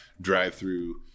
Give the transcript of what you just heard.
drive-through